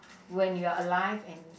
when you are alive and